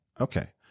Okay